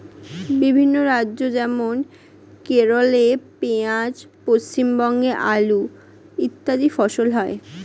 বিভিন্ন রাজ্য যেমন কেরলে পেঁয়াজ, পশ্চিমবঙ্গে আলু ইত্যাদি ফসল হয়